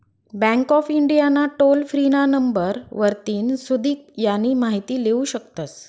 bank of India ना toll free ना number वरतीन सुदीक यानी माहिती लेवू शकतस